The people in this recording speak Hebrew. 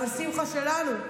אבל שמחה שלנו,